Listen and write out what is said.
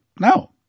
No